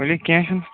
ؤلِو کیٚنٛہہ چھُنہٕ